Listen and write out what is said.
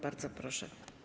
Bardzo proszę.